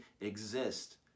exist